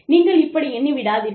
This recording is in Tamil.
நீங்கள் இப்படி எண்ணி விடாதீர்கள்